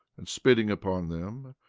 and spitting upon them,